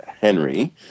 Henry